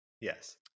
Yes